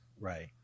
right